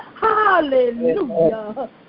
Hallelujah